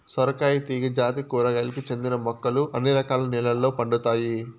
సొరకాయ తీగ జాతి కూరగాయలకు చెందిన మొక్కలు అన్ని రకాల నెలల్లో పండుతాయి